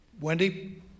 Wendy